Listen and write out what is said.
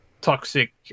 toxic